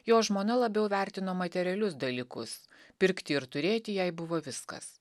jo žmona labiau vertino materialius dalykus pirkti ir turėti jai buvo viskas